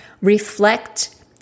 reflect